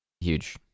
Huge